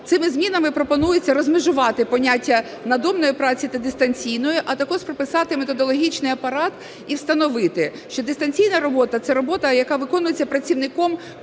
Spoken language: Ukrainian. Цими змінами пропонується розмежувати поняття надомної праці та дистанційної, а також прописати методологічний апарат і встановити, що дистанційна робота – це робота, яка виконується працівником поза